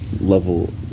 level